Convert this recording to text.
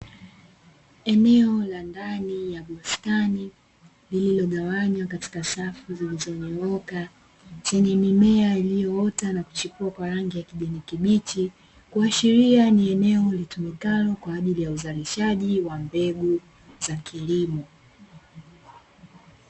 Eneo la ndani ya bustani lililogawanywa katika safu zilizonyooka, zenye mimea iliyoota na kuchipua kwa rangi ya kijini kibichi kuashiria ni eneo ilitumikalo kwa ajili ya uzalishaji wa mbegu za kilimo.